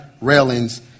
railings